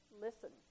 listen